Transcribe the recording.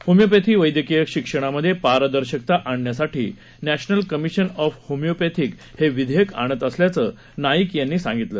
homeopathy वैद्यकीय शिक्षणामध्ये पारदर्शकता आणण्यासाठी नॅशनल कमिशन ऑफ होमिओपॅथी हे विधेयक आणत असल्याचं नाईक यांनी सांगितलं